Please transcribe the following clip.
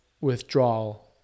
withdrawal